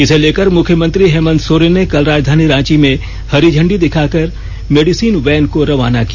इसे लेकर मुख्यमंत्री हेमंत सोरेन ने कल राजधानी रांची में हरी झंडी दिखाकर मेडिसिन वैन को रवाना किया